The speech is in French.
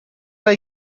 pas